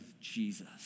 Jesus